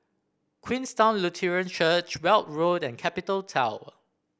Queenstown Lutheran Church Weld Road and Capital Tower